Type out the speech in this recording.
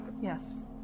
Yes